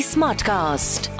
Smartcast